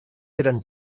eren